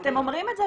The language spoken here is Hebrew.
אתם אומרים את זה,